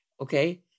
okay